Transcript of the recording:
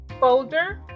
folder